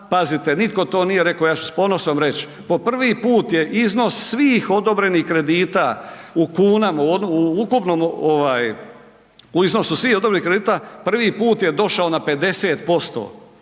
pazite, nitko to nije rekao, ja ću s ponosom reć, po prvi put je iznos svih odobrenih kredita u kunama, u ukupnom iznosu svih odobrenih kredita, prvi put je došao na 50%